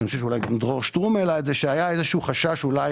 אני חושב שאולי גם דרור שטרום העלה את זה שהיה איזשהו חשש אולי